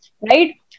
Right